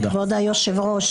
כבוד היושב-ראש,